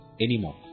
anymore